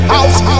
House